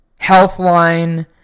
Healthline